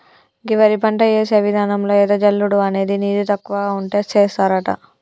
గీ వరి పంట యేసే విధానంలో ఎద జల్లుడు అనేది నీరు తక్కువ ఉంటే సేస్తారట